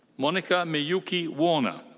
monica miyuki warner.